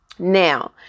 Now